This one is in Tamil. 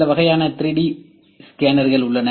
சில வகையான 3D ஸ்கேனர்கள் உள்ளன